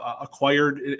acquired